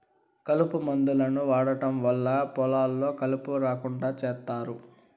కలుపు మందులను వాడటం వల్ల పొలాల్లో కలుపు రాకుండా చేత్తారు